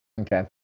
Okay